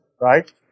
right